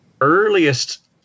earliest